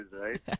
right